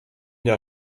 der